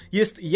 jest